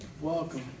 welcome